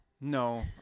No